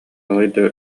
балайда